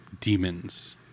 demons